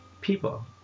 people